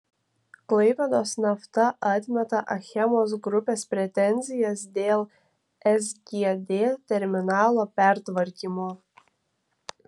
klaipėdos nafta atmeta achemos grupės pretenzijas dėl sgd terminalo pertvarkymo